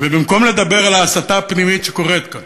ובמקום לדבר על ההסתה הפנימית שקורית כאן,